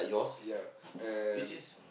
uh ya and